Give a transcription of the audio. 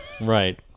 Right